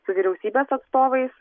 su vyriausybės atstovais